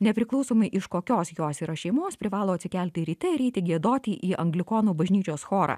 nepriklausomai iš kokios jos yra šeimos privalo atsikelti ryte ir eiti giedoti į anglikonų bažnyčios chorą